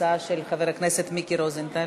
ההצעה של חבר הכנסת מיקי רוזנטל.